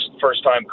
First-time